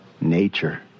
nature